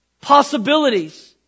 possibilities